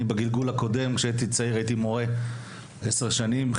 בגלגול הקודם כשהייתי צעיר הייתי מורה עשר שנים.